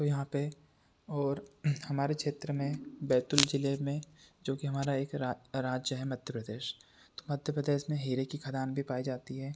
तो यहाँ पर और हमारे क्षेत्र में बैतुल ज़िले में जो कि हमारा एक राज राज्य है मध्य प्रदेश तो मध्य प्रदेस मध्य प्रदेश में हीरे की खदान भी पाई जाती है